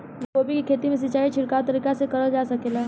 गोभी के खेती में सिचाई छिड़काव तरीका से क़रल जा सकेला?